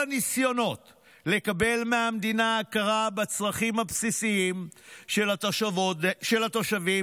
כל הניסיונות לקבל מהמדינה ההכרה בצרכים הבסיסים של התושבים,